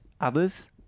others